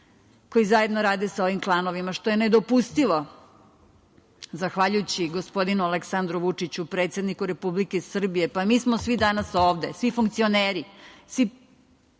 koji zajedno rade sa ovim klanovima, što je nedopustivo. Zahvaljujući gospodinu Aleksandru Vučiću, predsedniku Republike Srbije, mi smo svi danas ovde, mi funkcioneri, svi